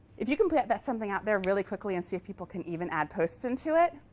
if you can plant that something out there really quickly and see if people can even add postings to it,